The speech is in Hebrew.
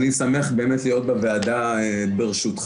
אני שמח באמת להיות בוועדה בראשותך.